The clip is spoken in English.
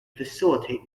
facilitate